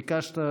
ביקשת,